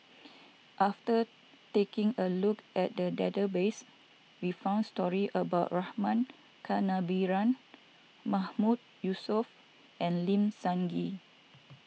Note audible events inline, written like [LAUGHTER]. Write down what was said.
[NOISE] after taking a look at the database we found stories about Rama Kannabiran Mahmood Yusof and Lim Sun Gee